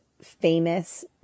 famous